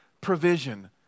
provision